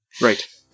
right